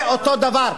זה אותו דבר.